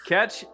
Catch